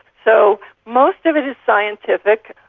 so most of it is scientific,